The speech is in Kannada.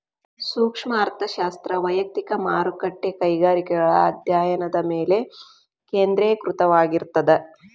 ಸೂಕ್ಷ್ಮ ಅರ್ಥಶಾಸ್ತ್ರ ವಯಕ್ತಿಕ ಮಾರುಕಟ್ಟೆ ಕೈಗಾರಿಕೆಗಳ ಅಧ್ಯಾಯನದ ಮೇಲೆ ಕೇಂದ್ರೇಕೃತವಾಗಿರ್ತದ